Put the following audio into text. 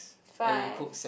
five